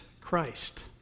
Christ